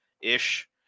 ish